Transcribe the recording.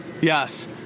Yes